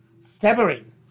severing